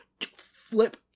flip